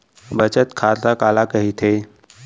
बचत खाता काला कहिथे?